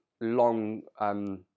long